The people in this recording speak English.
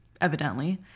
evidently